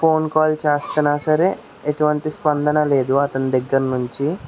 phone call చేస్తున్నా సరే ఎటువంటి స్పందన లేదు అతని దగ్గర నుంచి